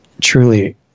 truly